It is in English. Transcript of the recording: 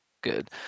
good